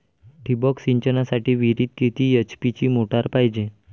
ठिबक सिंचनासाठी विहिरीत किती एच.पी ची मोटार पायजे?